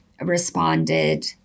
responded